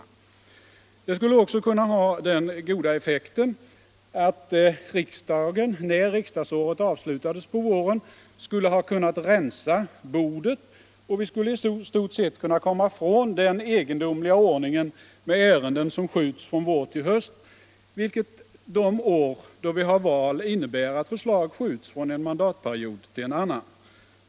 Detta skulle också ha den goda effekten att riksdagen, när riksdagsåret avslutades på våren, skulle ha kunnat rensa bordet, och vi skulle i stort sett kunna komma ifrån den egendomliga ordningen med ärenden som skjuts från vår till höst, vilket de år då vi har val innebär att förslag skjuts från en mandatperiod till en annan.